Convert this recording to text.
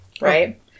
right